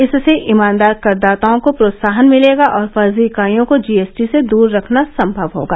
इससे ईमानदार करदाताओं को प्रोत्साहन मिलेगा और फर्जी इकाइयों को जीएसटी से दूर रखना संभव होगा